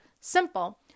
Simple